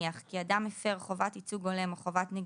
אדם הפר חובת ייצוג הולם או חובת נגישות,